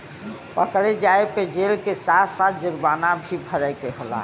पकड़े जाये पे जेल के साथ साथ जुरमाना भी भरे के होला